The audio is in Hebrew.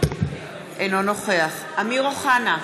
אינו נוכח אמיר אוחנה,